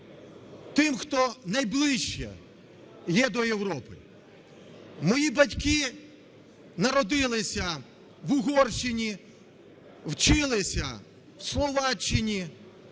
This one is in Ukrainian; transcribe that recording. тим, хто найближче є до Європи. Мої батьки народилися в Угорщині, вчилися в Словаччині,